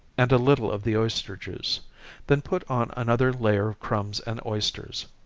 and a little of the oyster juice then put on another layer of crumbs and oysters,